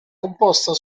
composta